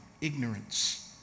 ignorance